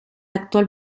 actual